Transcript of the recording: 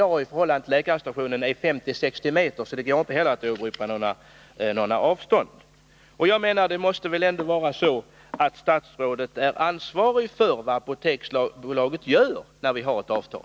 De ligger i dag 50-60 m från läkarstationen, så det går inte heller att åberopa att det är långa avstånd. Det måste väl vara så att statsrådet är ansvarig för vad Apoteksbolaget gör, när vi nu har ett avtal.